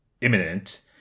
imminent